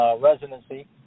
residency